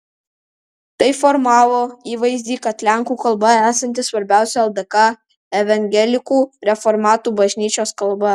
tai formavo įvaizdį kad lenkų kalba esanti svarbiausia ldk evangelikų reformatų bažnyčios kalba